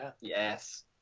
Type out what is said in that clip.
Yes